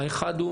האחד הוא